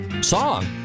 song